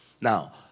Now